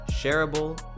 shareable